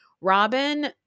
Robin